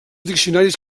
diccionaris